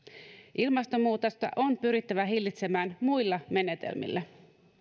ilmastonmuutosta on pyrittävä hillitsemään muilla menetelmillä